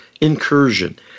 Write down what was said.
incursion